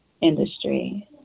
industry